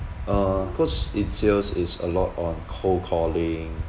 uh cause in sales is a lot on cold calling